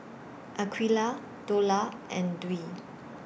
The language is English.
Aqeelah Dollah and Dwi